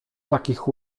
takich